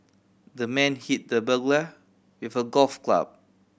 the man hit the burglar with a golf club